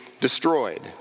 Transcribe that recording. destroyed